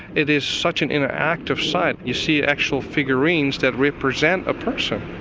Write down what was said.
it is such an interactive site. you see actual figurines that represent a person.